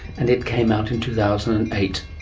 and it came out in two thousand and eight.